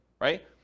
right